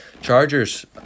Chargers